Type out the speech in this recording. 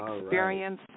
experience